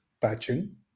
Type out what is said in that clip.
patching